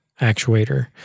actuator